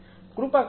કૃપા કરીને